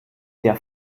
der